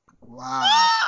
Wow